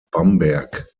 bamberg